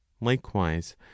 Likewise